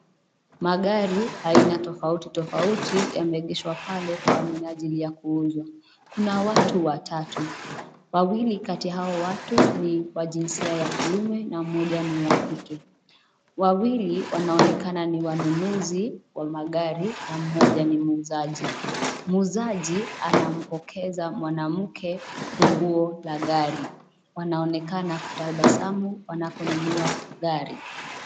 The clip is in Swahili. Magari aina tofauti, tofauti yameegeshwa pale kwa minaajili ya kuuzwa. Kuna watu watatu, wawili kati ya hao watu ni wa jinsia ya kiume na mmoja ni wa kike. Wawili wanaonekana ni wanunuzi wa magari na mmoja ni muuzaji. Muuzaji anampokeza mwanamke funguo la gari wanaonekana kutabasamu wanaponunua gari.